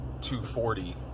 2.40